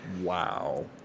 wow